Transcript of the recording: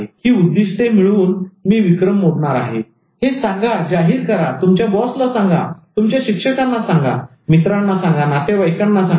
ही उद्दिष्टे मिळवून मी विक्रम मोडणार आहे हे सांगा जाहीर करा तुमच्या बॉसला सांगा तुमच्या शिक्षकांना सांगा मित्रांना सांगा नातेवाइकांना सांगा